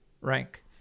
rank